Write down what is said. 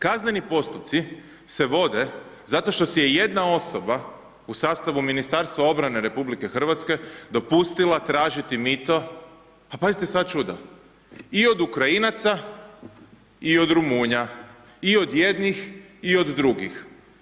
Kazneni postupci se vode zato što si je jedna osoba u sastavu Ministarstva obrane RH dopustila tražiti mito a pazite sad čuda, i od Ukrajinaca i od Rumunja, i od jednih i od drugih.